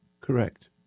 Correct